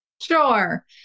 Sure